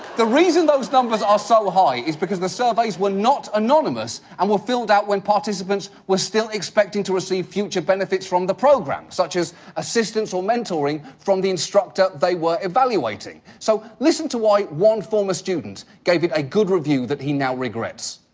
the reason those numbers are so high is because the surveys were not anonymous and were filled out when participants were still expecting to receive future benefits from the program such as assistance or mentoring from the instructor they were evaluating. so listen to why one former student gave it a good review that he now regrets.